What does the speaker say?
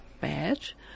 badge